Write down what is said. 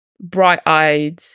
bright-eyed